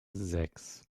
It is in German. sechs